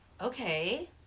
Okay